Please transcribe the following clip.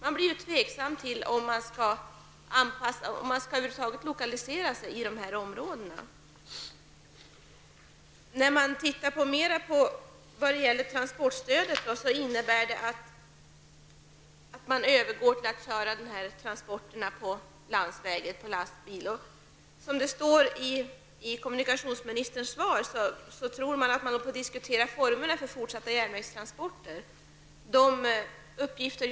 De blir tveksamma till att lokalisera sig till dessa områden. Bristen på transportstödet gör att man överväger att använda landsvägarna och lastbilarna för transporterna. Av statsrådets svar kan man tro att formerna för fortsatta järnvägstransporter håller på att diskuteras.